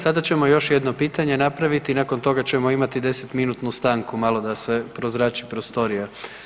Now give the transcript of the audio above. Sada ćemo još jedno pitanje napraviti, nakon toga ćemo imati 10 minutnu stanku, malo da se prozrači prostorija.